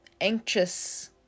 anxious